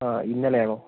ആ ഇന്നലെ ആണോ